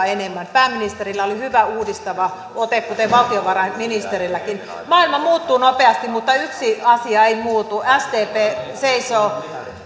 enemmän pääministerillä oli hyvä uudistava ote kuten valtiovarainministerilläkin maailma muuttuu nopeasti mutta yksi asia ei muutu sdp seisoo